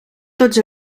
tots